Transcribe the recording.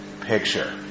picture